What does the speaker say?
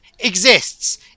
Exists